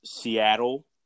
Seattle